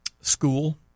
school